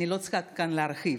אני לא צריכה כאן להרחיב,